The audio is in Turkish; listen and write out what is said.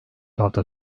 hafta